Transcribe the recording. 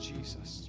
Jesus